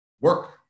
work